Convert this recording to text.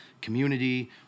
community